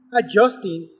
adjusting